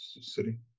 city